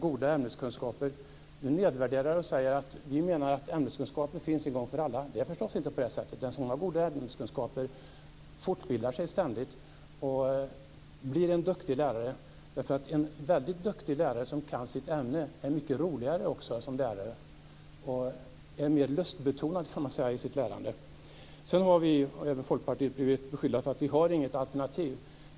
Nils-Erik Söderqvist nedvärderar oss och säger att vi menar att ämneskunskaper finns en gång för alla. Det är förstås inte på det sättet. Den som har goda ämneskunskaper fortbildar sig ständigt och blir en duktig lärare. En väldigt duktig lärare som kan sitt ämne är också mycket roligare som lärare och är mer lustbetonad, kan man säga, i sitt lärande. Sedan har vi, och även Folkpartiet, blivit beskyllda för att inte ha något alternativ.